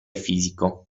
fisico